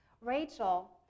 Rachel